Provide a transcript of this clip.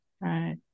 right